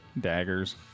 daggers